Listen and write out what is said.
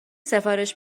سفارش